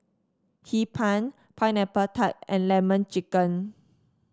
Hee Pan Pineapple Tart and lemon chicken